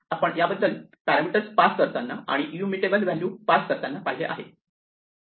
आपण याबद्दल parameters pass करताना आणि इमयूटेबल व्हॅल्यू पास करताना पाहिले आहे